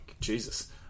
Jesus